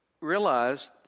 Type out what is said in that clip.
realized